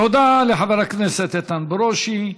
תודה לחבר הכנסת איתן ברושי.